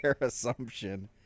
assumption